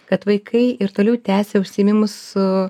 kad vaikai ir toliau tęsia užsiėmimus su